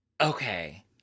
Okay